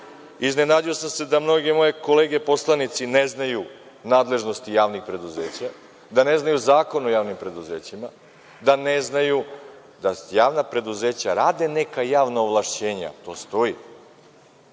sam se da mnoge moje kolege poslanici ne znaju nadležnosti javnih preduzeća, da ne znaju Zakon o javnim preduzećima, da ne znaju da javna preduzeća rade neka javna ovlašćenja, to stoji,